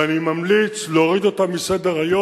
ואני ממליץ להוריד אותה מסדר-היום,